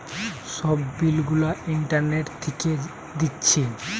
সব বিল গুলা ইন্টারনেট থিকে দিচ্ছে